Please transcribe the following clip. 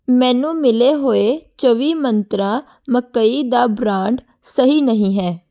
ਮੈਨੂੰ ਮਿਲੇ ਹੋਏ ਚੌਵੀ ਮੰਤਰਾਂ ਮਕਈ ਦਾ ਬ੍ਰਾਂਡ ਸਹੀ ਨਹੀਂ ਹੈ